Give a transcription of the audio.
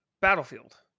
battlefield